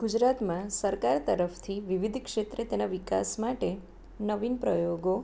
ગુજરાતમાં સરકાર તરફથી વિવિધ ક્ષેત્રે તેના વિકાસ માટે નવીન પ્રયોગો